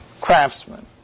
craftsman